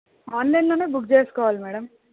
ఆన్లైన్లోనే బుక్ చేసుకోవాలి మేడం